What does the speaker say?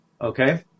Okay